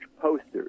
posters